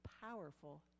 powerful